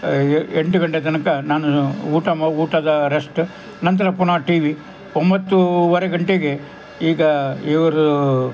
A ಎಂಟು ಗಂಟೆ ತನಕ ನಾನು ಊಟ ಮ್ ಊಟದ ರೆಸ್ಟ್ ನಂತರ ಪುನಃ ಟಿ ವಿ ಒಂಬತ್ತುವರೆ ಗಂಟೆಗೆ ಈಗ ಇವರು